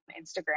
Instagram